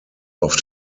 auf